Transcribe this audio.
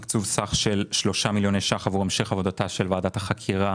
יש תקצוב סך של 3 מיליוני שקלים עבור המשך עבודתה של ועדת החקירה